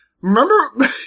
Remember